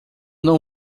não